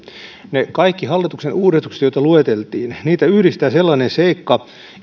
niitä kaikkia hallituksen uudistuksia jotka lueteltiin yhdistää sellainen seikka